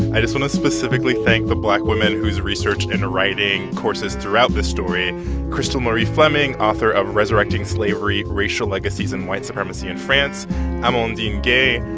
i just want to specifically thank the black women whose research into writing courses throughout this story crystal marie fleming, author of resurrecting slavery racial legacies and white supremacy in france amandine gay,